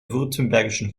württembergischen